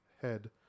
head